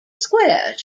square